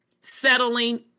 settling